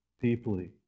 deeply